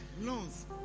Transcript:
loans